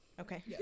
Okay